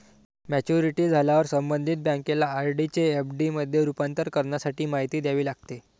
maturity झाल्यावर संबंधित बँकेला आर.डी चे एफ.डी मध्ये रूपांतर करण्यासाठी माहिती द्यावी लागते